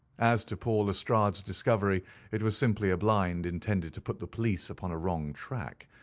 as to poor lestrade's discovery it was simply a blind intended to put the police upon a wrong track,